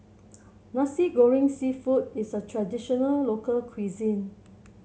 Nasi Goreng seafood is a traditional local cuisine